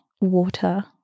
water